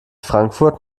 frankfurt